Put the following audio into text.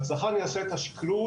הצרכן יעשה את השקלול.